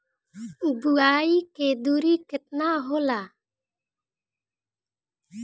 बुआई के दुरी केतना होला?